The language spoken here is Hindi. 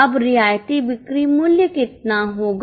अब रियायती बिक्री मूल्य कितना होगा